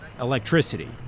electricity